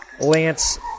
Lance